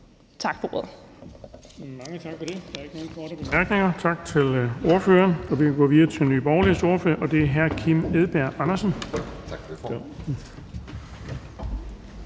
Bonnesen): Mange tak for det. Der er ikke nogen korte bemærkninger. Tak til ordføreren. Så er det Nye Borgerliges ordfører, og det er hr. Kim Edberg Andersen. Kl. 16:40 (Ordfører)